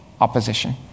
opposition